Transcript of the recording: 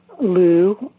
Lou